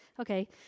okay